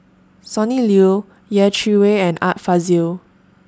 Sonny Liew Yeh Chi Wei and Art Fazil